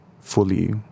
fully